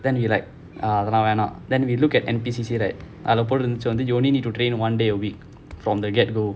then he like ah why not then we looked at N_P_C_C right அதுல போட்டு இருந்துச்சி:athula pottu irunthuchi you only need to train one day a week from the get-go